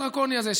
הצו הדרקוני הזה,